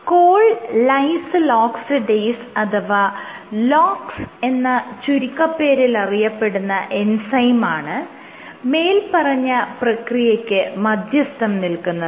call lysyl oxidase അഥവാ LOX എന്ന് ചുരുക്കത്തിൽ അറിയപ്പെടുന്ന എൻസൈമാണ് മേല്പറഞ്ഞ പ്രക്രിയയ്ക്ക് മധ്യസ്ഥം നിൽക്കുന്നത്